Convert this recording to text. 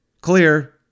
clear